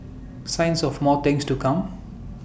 signs of more things to come